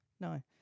no